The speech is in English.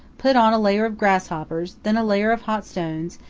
put on a layer of grasshoppers, then a layer of hot stones,